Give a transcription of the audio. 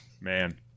Man